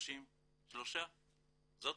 --- זאת המציאות.